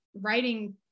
writing